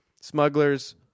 smugglers